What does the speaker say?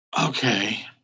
Okay